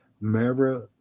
Mara